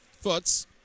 Foots